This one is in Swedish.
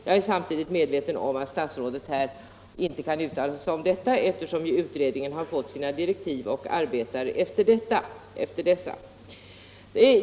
Jag är medveten om att statsrådet inte kan uttala sig om detta, eftersom utredningen fått sina direktiv och arbetar efter dessa.